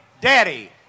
Daddy